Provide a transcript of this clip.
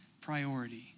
priority